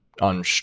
on